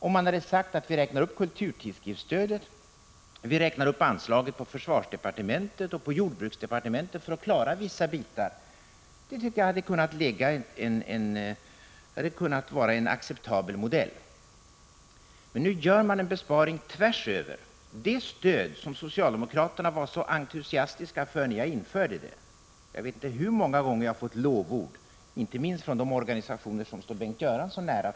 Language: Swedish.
Om regeringen hade sagt att den räknar upp kulturtidskriftsstödet, anslagen till försvarsdepartementet och jordbruksdepartementet för att klara av att ge detta stöd, så hade det varit en acceptabel modell. Men nu gör regeringen en besparing tvärs över hela fältet. Nu avvecklar regeringen det stöd som socialdemokraterna var så entusiastiska över, när jag införde det. Jag vet inte hur många gånger jag har fått lovord för detta stöd — inte minst från de organisationer som står Bengt Göransson nära.